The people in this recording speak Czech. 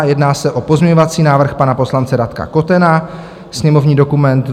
Jedná se o pozměňovací návrh pana poslance Radka Kotena, sněmovní dokument 2471.